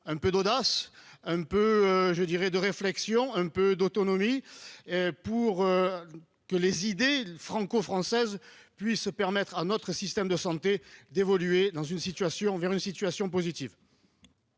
un peu d'audace, un peu je dirais de réflexion un peu d'autonomie. Pour. Que les idées franco-française puisse permettre à notre système de santé d'évoluer dans une situation vers